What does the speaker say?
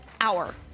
hour